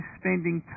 spending